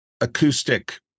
acoustic